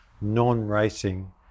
non-racing